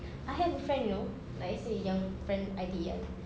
I have a friend you know like I say yang friend I_T_E I